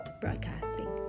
broadcasting